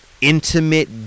intimate